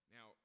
Now